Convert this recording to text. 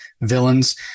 villains